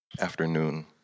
afternoon